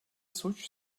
suç